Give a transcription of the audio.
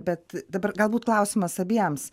bet dabar galbūt klausimas abiems